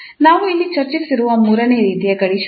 ನಾವು ಇಲ್ಲಿ ಚರ್ಚಿಸಲಿರುವ ಮೂರನೆಯ ರೀತಿಯ ಗಡಿ ಷರತ್ತುಗಳು